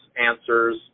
answers